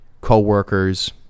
co-workers